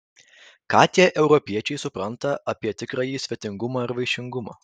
ką tie europiečiai supranta apie tikrąjį svetingumą ir vaišingumą